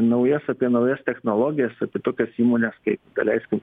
naujas apie naujas technologijas apie tokias įmones kaip daleiskim